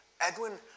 Edwin